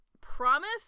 promise